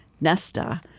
Nesta